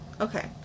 okay